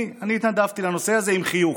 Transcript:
אני התנדבתי לנושא הזה, עם חיוך.